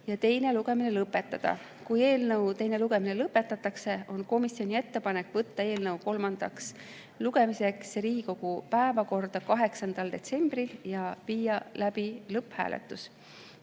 ja teine lugemine lõpetada ning kui teine lugemine lõpetatakse, on komisjoni ettepanek võtta eelnõu kolmandaks lugemiseks Riigikogu päevakorda 8. detsembril ja viia läbi lõpphääletus.